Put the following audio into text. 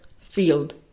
field